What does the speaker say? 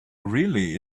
really